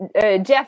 Jeff